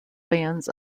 bands